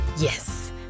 Yes